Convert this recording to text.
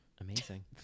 amazing